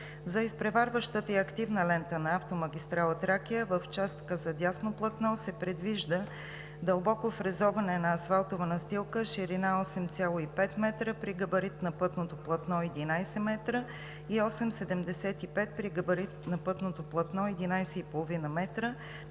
За изпреварващата и активната лента на автомагистрала „Тракия“ в участъка за дясно платно се предвижда дълбоко фрезоване на асфалтова настилка, ширина – 8,5 м при габарит на пътното платно – 11 м, и 8,75 при габарит на пътното платно – 11,5 м на